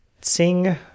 sing